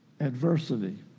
adversity